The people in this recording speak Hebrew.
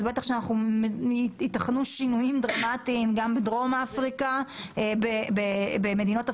בוודאי שייתכנו שינויים דרמטיים גם במדינות אפריקאיות,